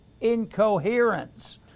incoherence